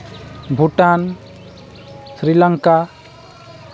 Bhutan Sri Lanka